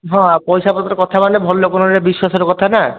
ହଁ ପଇସା ପତ୍ର କଥା ମାନେ ଭଲ ଲୋକ ବିଶ୍ୱାସର କଥା ନା